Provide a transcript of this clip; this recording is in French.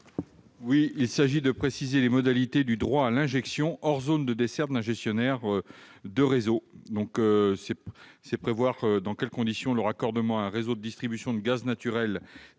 Il s'agit de préciser les modalités du droit à l'injection hors zone de desserte d'un gestionnaire de réseau. Nous souhaitons prévoir dans quelles conditions le raccordement à un réseau de distribution de gaz naturel